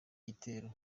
gitero